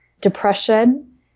depression